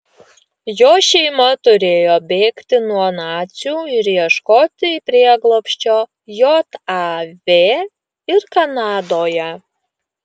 jo šeima turėjo bėgti nuo nacių ir ieškoti prieglobsčio jav ir kanadoje